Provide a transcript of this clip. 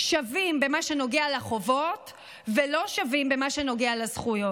שווים במה שנוגע לחובות ולא שווים במה שנוגע לזכויות.